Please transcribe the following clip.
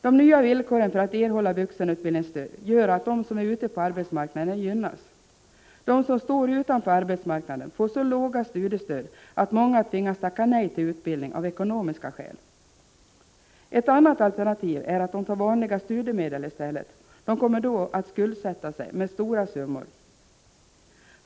De nya villkoren för att erhålla vuxenutbildningsstöd gör att de som är ute på arbetsmarknaden gynnas. De som står utanför arbetsmarknaden får så låga studiestöd, att många tvingas tacka nej till utbildning av ekonomiska skäl. Ett annat alternativ är att de tar vanliga studiemedel i stället. De kommer då att skuldsätta sig med stora summor.